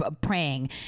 praying